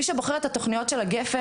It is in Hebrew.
מי שבוחר את התוכניות של גפ"ן,